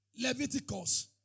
Leviticus